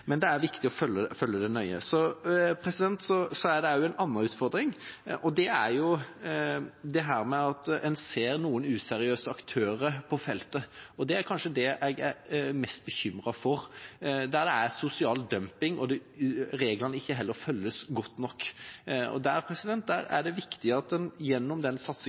Men det er viktig å følge det nøye. Så er det også en annen utfordring, og det er at en ser noen useriøse aktører på feltet. Det er kanskje det jeg er mest bekymret for. Det er sosial dumping, og reglene følges ikke godt nok. Det er viktig at en gjennom satsingen